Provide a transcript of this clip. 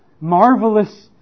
marvelous